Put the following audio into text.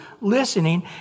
listening